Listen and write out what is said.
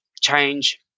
change